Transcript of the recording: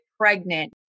pregnant